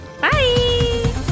Bye